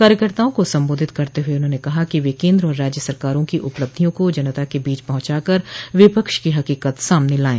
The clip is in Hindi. कार्यकर्ताओं को संबोधित करते हुए उन्होंने कहा कि व केन्द्र और राज्य सरकारों की उपलब्धियों को जनता के बीच पहुंचा कर विपक्ष की हकीकत सामने लाये